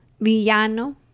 villano